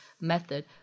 method